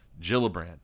Gillibrand